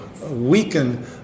weaken